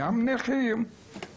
גם נכים,